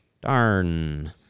darn